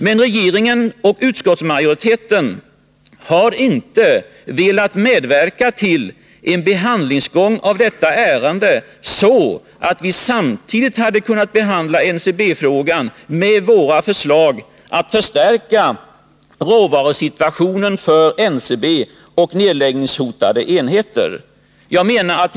Men regeringen och utskottsmajoriteten har inte velat medverka till en behandlingsgång i fråga om detta ärende så, att vi hade kunnat behandla NCB-frågan samtidigt med våra förslag om att förstärka råvarusituationen för NCB och nedläggningshotade enheter.